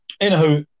anyhow